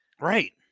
Right